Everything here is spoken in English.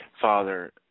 Father